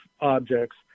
objects